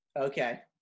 Okay